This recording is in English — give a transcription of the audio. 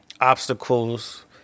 obstacles